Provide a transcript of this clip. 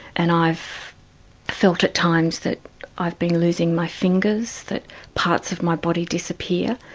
and i've felt at times that i've been losing my fingers, that parts of my body disappear.